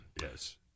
Yes